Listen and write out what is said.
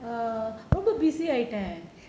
err ரொம்ப:romba busy ஆய்டேன்:ayitaen